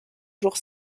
jour